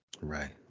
Right